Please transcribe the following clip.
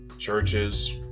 Churches